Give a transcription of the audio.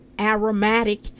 aromatic